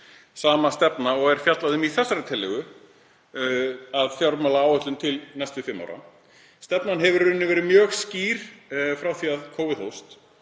sama stefna og fjallað er um í þessari tillögu að fjármálaáætlun til næstu fimm ára. Stefnan hefur í raun verið mjög skýr frá því að kófið hófst,